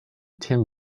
tim